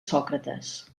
sòcrates